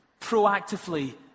proactively